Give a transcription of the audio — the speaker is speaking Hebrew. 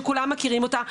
שכולם מכירים אותה.